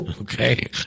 okay